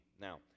Now